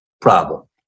problem